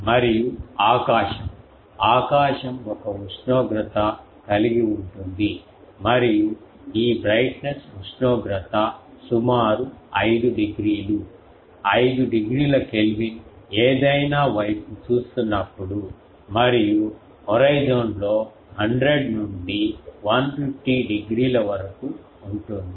మరియు ఆకాశం ఆకాశం ఒక ఉష్ణోగ్రత కలిగి ఉంటుంది మరియు ఈ బ్రైట్నెస్ ఉష్ణోగ్రత సుమారు 5 డిగ్రీలు 5 కెల్విన్ ఏదైనా వైపు చూస్తున్నప్పుడు మరియు హోరిజోన్లో 100 నుండి 150 డిగ్రీల వరకు ఉంటుంది